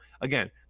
Again